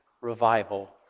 revival